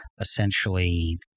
essentially